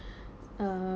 err